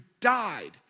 died